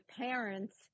parents